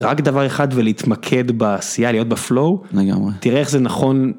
רק דבר אחד ולהתמקד בעשייה להיות בפלואו תראה איך זה נכון.